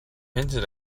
hinted